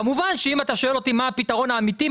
כמובן שאם אתה שואל אותי מה הפתרון האמיתי,